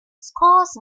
scores